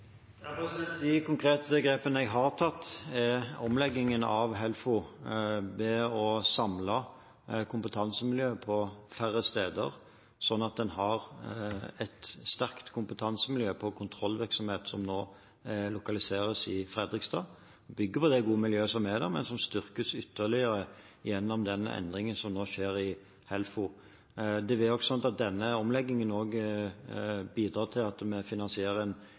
De konkrete grepene jeg har tatt, er omleggingen av Helfo ved å samle kompetansemiljø på færre steder, slik at man har et sterkt kompetansemiljø for kontrollvirksomhet, som nå lokaliseres til Fredrikstad. Man bygger på det gode miljøet som er der, men det styrkes ytterligere gjennom den endringen som nå skjer i Helfo. Med denne omleggingen bidrar vi til finansieringen av en større grad av digitalisering av denne